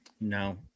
No